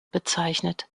bezeichnet